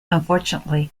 unfortunately